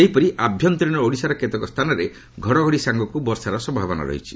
ସେହିପରି ଆଭ୍ୟନ୍ତରୀଣ ଓଡ଼ିଶାର କେତେକ ସ୍ଥାନରେ ଘଡ଼ଘଡ଼ି ସାଙ୍ଗକୁ ବର୍ଷାର ସମ୍ଭାବନା ରହିଛି